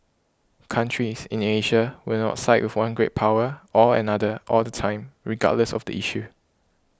countries in Asia will not side with one great power or another all the time regardless of the issue